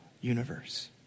universe